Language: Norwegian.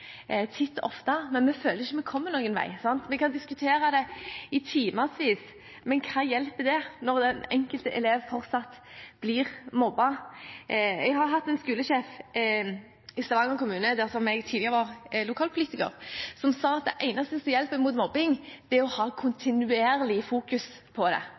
ofte, men vi føler ikke at vi kommer noen vei. Vi kan diskutere det i timevis. Men hva hjelper det når den enkelte elev fortsatt blir mobbet? I Stavanger kommune, der jeg tidligere var lokalpolitiker, var det en skolesjef som sa at det eneste som hjelper mot mobbing, er å fokusere kontinuerlig på det.